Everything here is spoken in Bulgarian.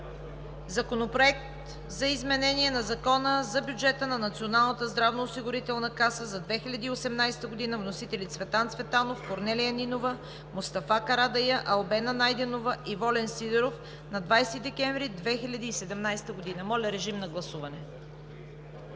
Законопроекта за изменение на Закона за бюджета на Националната здравноосигурителна каса за 2018 г. – вносители Цветан Цветанов, Корнелия Нинова, Мустафа Карадайъ, Албена Найденова и Волен Сидеров на 20 декември 2017 г. Колеги, имаме